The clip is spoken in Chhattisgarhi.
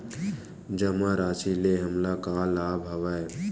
जमा राशि ले हमला का का लाभ हवय?